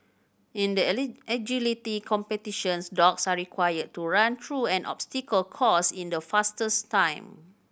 in the agility competitions dogs are required to run through an obstacle course in the fastest time